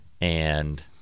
and-